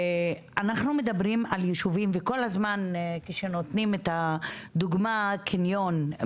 אנחנו מדברים על יישובים וכל הזמן כשנותנים את הדוגמה קניון.